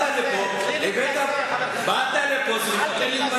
אל תתנשא עלי.